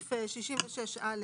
סעיף 66א'